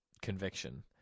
conviction